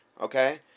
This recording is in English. okay